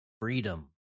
freedom